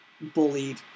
bullied